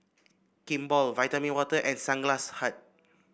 Kimball Vitamin Water and Sunglass Hut